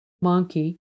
monkey